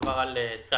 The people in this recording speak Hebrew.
מדובר על כך